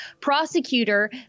prosecutor